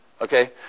Okay